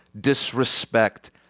disrespect